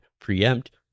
preempt